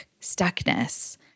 stuckness